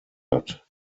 hat